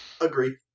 agree